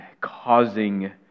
causing